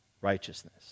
Righteousness